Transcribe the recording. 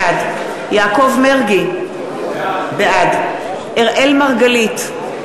בעד יעקב מרגי, בעד אראל מרגלית,